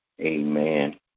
Amen